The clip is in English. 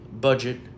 budget